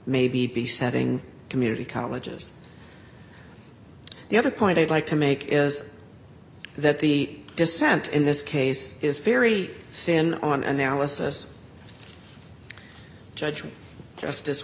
may be be setting community colleges the other point i'd like to make is that the dissent in this case is very thin on analysis judgment justice